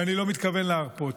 ואני לא מתכוון להרפות.